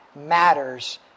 matters